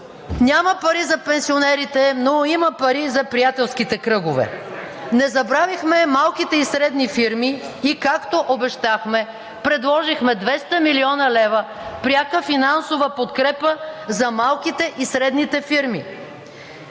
Няма пари за пенсионерите, но има пари за приятелските кръгове. Не забравихме малките и средни фирми и, както обещахме, предложихме 200 млн. лв. пряка финансова подкрепа за малките и средните фирми.